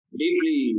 deeply